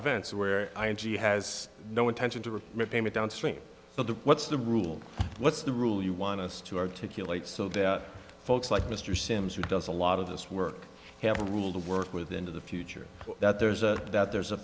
events where he has no intention to rip the payment downstream but what's the rule what's the rule you want us to articulate so that folks like mr sims who does a lot of this work have a rule to work with into the future that there's a that there's a